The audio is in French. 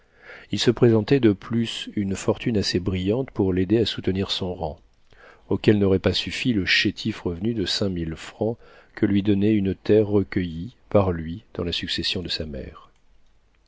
il se présentait de plus une fortune assez brillante pour l'aider à soutenir son rang auquel n'aurait pas suffi le chétif revenu de cinq mille francs que lui donnait une terre recueillie par lui dans la succession de sa mère